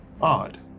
Odd